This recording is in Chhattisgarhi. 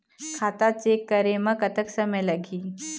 खाता चेक करे म कतक समय लगही?